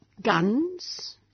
Guns